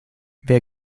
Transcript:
wer